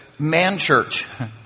Manchurch